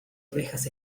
ovejas